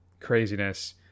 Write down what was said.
craziness